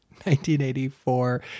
1984